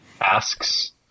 asks